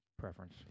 preference